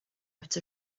out